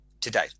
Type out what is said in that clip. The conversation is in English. today